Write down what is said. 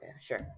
sure